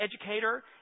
educator